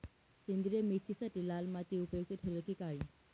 सेंद्रिय मेथीसाठी लाल माती उपयुक्त ठरेल कि काळी?